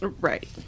Right